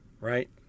right